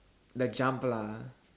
like jump lah